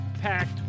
packed